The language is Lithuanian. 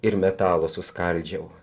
ir metalo suskaldžiau